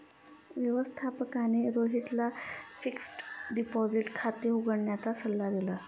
व्यवस्थापकाने रोहितला fixed deposit खाते उघडण्याचा सल्ला दिला